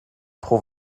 pro